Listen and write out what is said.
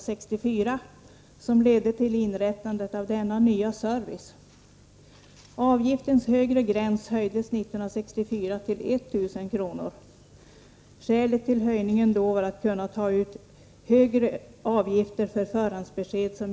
Herr talman! Lagen om taxeringsbesked infördes 1951, och då beslutades en avgift på mellan 100 och 500 kr.